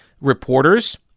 reporters